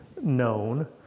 known